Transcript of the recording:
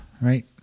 right